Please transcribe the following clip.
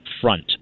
front